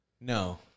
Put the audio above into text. No